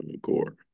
Gore